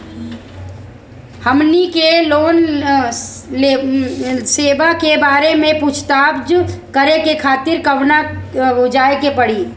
हमनी के लोन सेबा के बारे में पूछताछ करे खातिर कहवा जाए के पड़ी?